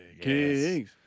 Kings